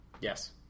Yes